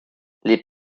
les